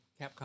Capcom